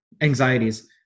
anxieties